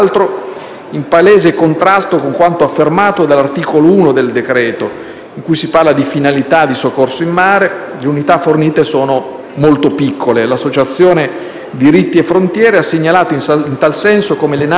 in palese contrasto con quanto affermato all'articolo 1 del decreto-legge in cui si parla di finalità di soccorso in mare; le unità fornite sono molto piccole: l'associazione Diritti e Frontiere ha segnalato, in tal senso, come le navi